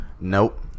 Nope